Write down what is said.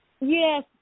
Yes